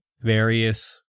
various –